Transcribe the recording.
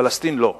פלסטין, לא.